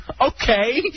Okay